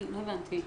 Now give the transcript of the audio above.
לא הבנתי.